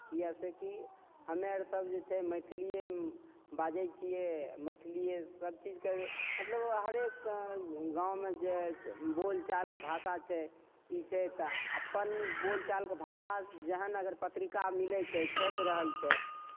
किया से की हमे आर सब जे छै मैथिलीये मे बाजै छियै मैथिलीये सबचीज करै मतलब हरेक गाँव मे जे बोलचालके भाषा छै ई छै तऽ अपन बोलचालके भाषा जहाँ नगर पत्रिका मिलै छै छैप रहल छै